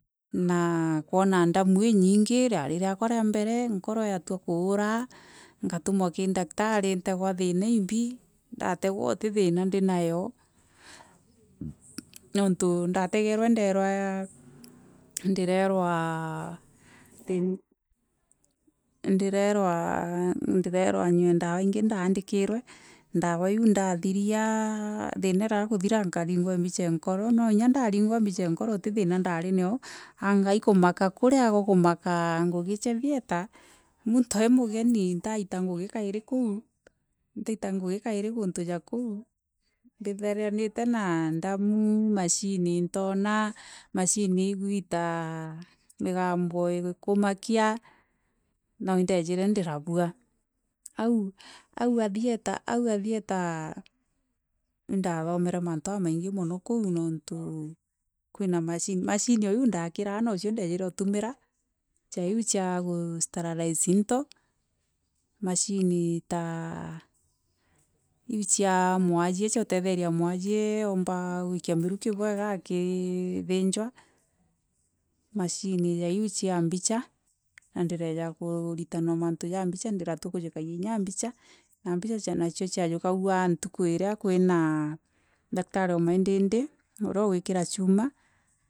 Naa koona ndamû inyinyi riari riakwa ria mbere nkori yatwa kûûraa ngatûmwa ki ndagtari ntegwa thina imbi ngaregwa ûtii thina ndinayo niûntû ndaregerwa ndarwaa ndireirwa ndireirwa ndireirwaa nyise dawa ingi ndaanikirwe ndawa iû ndathiria thina erea kûthira nkaringwe mbica e nkoro no inya ndaringwa mbica e nkoro istii thina ndari nio anga kûmaka kûria gwa kûmaka ngûgi cia thiera montû ai mûgeni mtaita ngûgi kairi koû mtaita ngûgi kairi kûntû ja koû mbithiranire na ndamû maoni ntaona maoni igisira migombo igûmakia na indesire ndirabija. Aû a thieta indamothero mantû jamaingi koû nontû kûina macirii maoni iûndakiraa nocio ndesire ûtûmira ja iû chia gûsiralize into, maoni ta iû aa mwasie cûa gûreseria mwasie aûmba gûjikia mirûki mone akithinjwa maani ja iû cia mbûa ndireja kûriranûa mantû ja mbica ja kûjûkagia kinya bica na mbia nachio chasûkagû nrûjû ira kwiria ndakreri o mqindindi ûria isgwikira chûma.